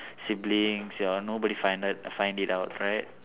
siblings nobody found it find it out right